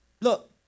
Look